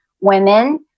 women